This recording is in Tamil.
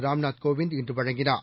ராம்நாத் கோவிந்த் இன்று வழங்கினார்